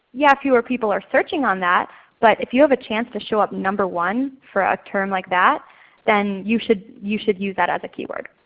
yeah, fewer people are searching on that, but if you have a chance to show up number one for a term like that then you should you should use that as a keyword.